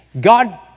God